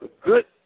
good